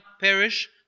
perish